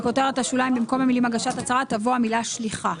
בכותרת השוליים במקום המילים "הגשת הצהרה" תבוא המילה "שליחה".